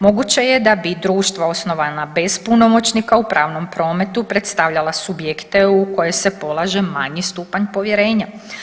Moguće je da bi društva osnovana bez punomoćnika u pravnom prometu predstavljala subjekte u koje se polaže manji stupanj povjerenja.